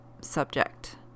subject